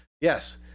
Yes